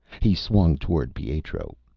he swung toward pietro.